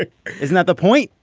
ah it's not the point.